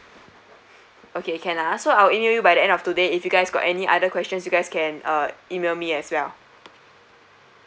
okay can ah so I'll email you by the end of today if you guys got any other questions you guys can uh email me as well